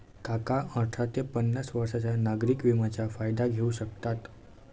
काका अठरा ते पन्नास वर्षांच्या नागरिक विम्याचा फायदा घेऊ शकतात